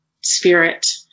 spirit